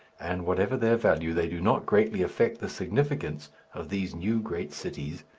and, whatever their value, they do not greatly affect the significance of these new great cities,